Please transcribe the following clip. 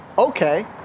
Okay